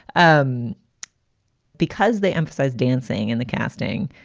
um because they emphasized dancing in the casting.